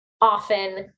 often